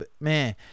Man